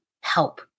help